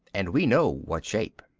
and we know what shape.